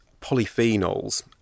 polyphenols